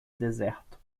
deserto